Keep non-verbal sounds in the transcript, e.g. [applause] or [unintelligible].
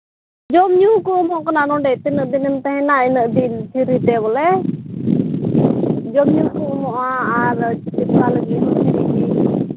ᱡᱚᱢ ᱧᱩ ᱠᱚ ᱮᱢᱚᱜ ᱠᱟᱱᱟ ᱱᱚᱰᱮ ᱛᱤᱱᱟᱹᱜ ᱫᱤᱱᱮᱢ ᱛᱟᱦᱮᱱᱟ ᱤᱱᱟᱹᱜ ᱫᱤᱱ ᱯᱷᱨᱤ ᱛᱮ ᱵᱚᱞᱮ ᱡᱚᱢᱼᱧᱩ ᱠᱚ ᱮᱢᱚᱜᱼᱟ ᱟᱨ [unintelligible]